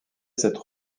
cette